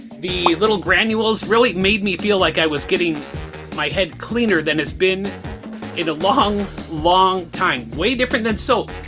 the little granules really made me feel like i was getting my head cleaner than it's been in a long long time. way different than soap.